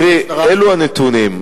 תראי, אלה הם הנתונים.